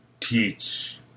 Teach